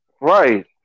Right